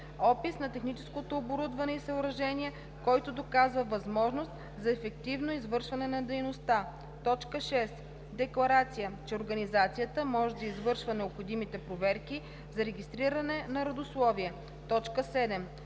опис на техническото оборудване и съоръжения, който доказва възможност за ефективно извършване на дейността; 6. декларация, че организацията може да извършва необходимите проверки за регистриране на родословие; 7.